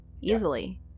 easily